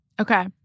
Okay